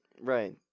right